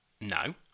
No